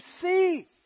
see